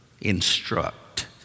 instruct